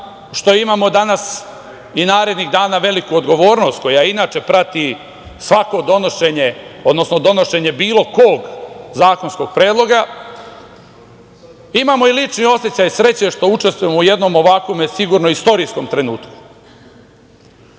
što imamo danas i narednih dana veliku odgovornost koja inače prati svako donošenje, odnosno donošenje bilo kog zakonskog predloga, imamo i lični osećaj sreće što učestvujemo u jednom ovakvom sigurno istorijskom trenutku.